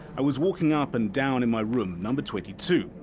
i was walking up and down in my room, number twenty two.